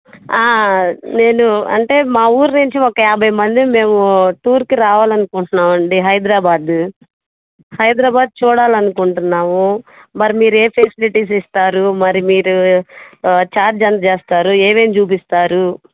నేను అంటే మా ఊరి నుంచి ఒక యాభై మందిమి మేము టూర్కి రావాలి అనుకుంటున్నామండి హైదరాబాదు హైదరాబాద్ చూడాలి అనుకుంటున్నాము మరి మీరు ఏ ఫెసిలిటీస్ ఇస్తారు మరి మీరు చార్జ్ ఎంత చేస్తారు ఏమేమి చూపిస్తారు